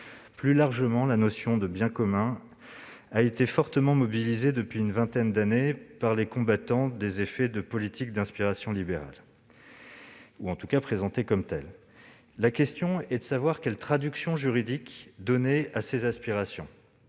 Plus largement, la notion de « biens communs » a été fortement mobilisée, depuis une vingtaine d'années, par ceux qui combattent les effets de politiques d'inspiration libérale, ou présentées comme telles. La question est de savoir quelle traduction juridique donner à ces aspirations.